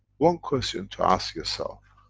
one question to ask yourself